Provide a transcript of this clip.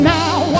now